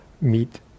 meet